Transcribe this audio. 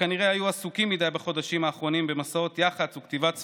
שכנראה היו עסוקים מדי בחודשים האחרונים במסעות יח"צ וכתיבת ספרים,